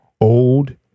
old